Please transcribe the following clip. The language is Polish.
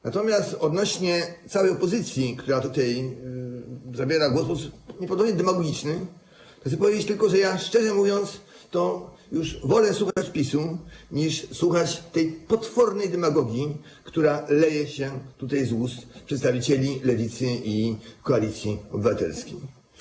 Natomiast odnośnie do całej opozycji, która zabiera głos w sposób nieprawdopodobnie demagogiczny, chcę powiedzieć, że ja, szczerze mówiąc, już wolę słuchać PiS-u, niż słuchać tej potwornej demagogii, która leje się tutaj z ust przedstawicieli Lewicy i Koalicji Obywatelskiej.